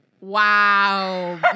Wow